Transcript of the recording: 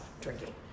drinking